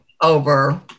over